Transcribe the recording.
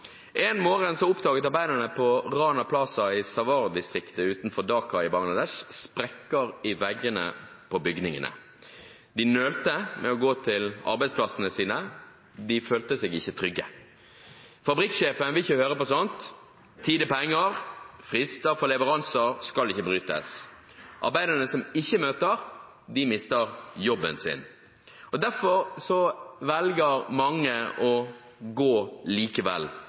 En morgen oppdaget arbeiderne på Rana Plaza i Savar-distriktet utenfor Dhaka i Bangladesh sprekker i veggene på bygningene. De nølte med å gå til arbeidsplassene sine, de følte seg ikke trygge. Fabrikksjefen vil ikke høre på sånt: Tid er penger, og frister for leveranser skal ikke brytes. Arbeiderne som ikke møter opp, mister jobben. Derfor velger mange å gå på jobben likevel